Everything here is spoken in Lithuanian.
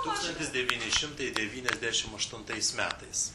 tūkstantis devyni šimtai devyniasdešim aštuntais metais